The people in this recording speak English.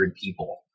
people